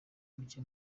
muke